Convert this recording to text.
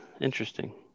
Interesting